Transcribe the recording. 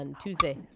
Tuesday